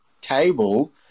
table